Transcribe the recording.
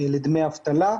לדמי אבטלה.